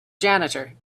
janitor